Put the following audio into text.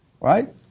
Right